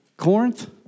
Corinth